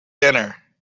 dinner